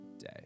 day